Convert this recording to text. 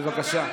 בבקשה.